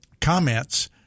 comments